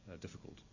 difficult